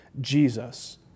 Jesus